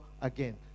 again